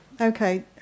Okay